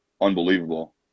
unbelievable